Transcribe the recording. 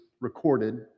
recorded